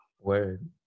word